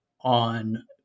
on